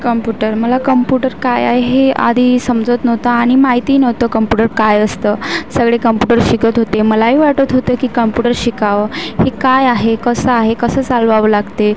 computer मला computer काय आहे हे आधी समजत नव्हतं आणि माहिती नव्हतं कंपुटर काय असतं सगळे कंपुटर शिकत होते मलाही वाटत होतं की कंपुटर शिकावं की काय आहे कसं आहे कसं चालवावं लागते